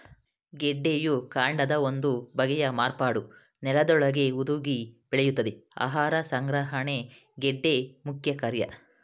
ಗೆಡ್ಡೆಯು ಕಾಂಡದ ಒಂದು ಬಗೆಯ ಮಾರ್ಪಾಟು ನೆಲದೊಳಗೇ ಹುದುಗಿ ಬೆಳೆಯುತ್ತದೆ ಆಹಾರ ಸಂಗ್ರಹಣೆ ಗೆಡ್ಡೆ ಮುಖ್ಯಕಾರ್ಯ